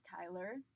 Tyler